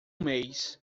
mês